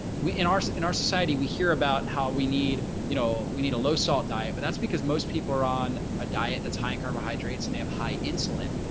we in our, so in our society, we hear about how we need you know, we need a low salt diet, but that's because most people are on a diet that's high in carbohydrates and they have high insulin.